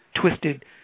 twisted